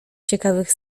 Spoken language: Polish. ciekawych